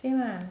same lah